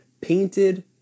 painted